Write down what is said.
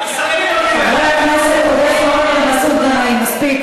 הוא גם לא מספיק